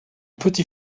petit